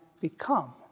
become